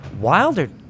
Wilder